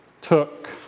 took